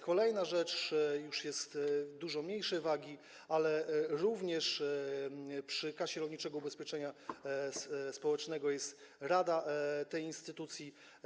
Kolejna rzecz już jest dużo mniejszej wagi i również dotyczy Kasy Rolniczego Ubezpieczenia Społecznego, chodzi o radę tej instytucji.